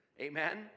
Amen